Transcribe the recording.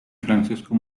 francesco